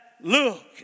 look